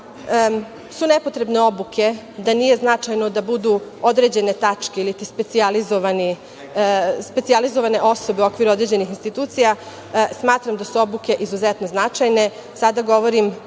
su nepotrebne obuke, da nije značajno da budu određene tačke ili specijalizovane osobe u okviru određenih institucija. Smatram da su obuke izuzetno značajne,